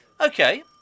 Okay